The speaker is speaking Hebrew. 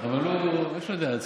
אבל הוא, יש לו דעה עצמאית.